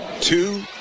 Two